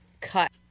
cut